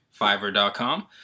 Fiverr.com